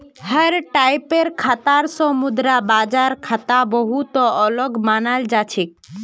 हर टाइपेर खाता स मुद्रा बाजार खाता बहु त अलग मानाल जा छेक